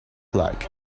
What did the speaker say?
like